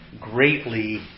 greatly